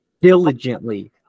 diligently